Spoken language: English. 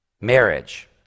Marriage